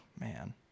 man